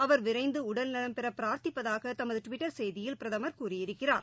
அவர் விரைந்தஉடல் நலம்பெறபிரார்த்திப்பதாகதமதுடுவிட்டர் செய்தியில் பிரதமர் கூறியிருக்கிறார்